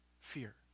fear